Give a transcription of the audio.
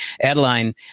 Adeline